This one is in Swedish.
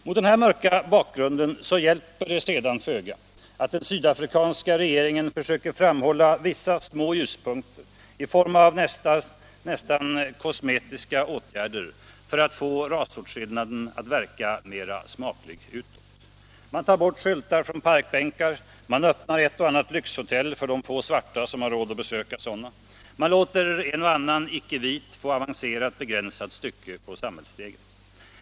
Mot denna mörka bakgrund hjälper det sedan föga att den sydafrikanska regeringen försöker framhålla vissa små ljuspunkter i form av närmast kosmetiska åtgärder för att få rasåtskillnaden att verka mera smaklig utåt. Man tar bort skyltar från parkbänkar, man öppnar ett och annat lyxhotell för de få svarta som har råd att besöka sådana, man låter en och annan icke-vit få avancera ett begränsat stycke på samhällsstegen.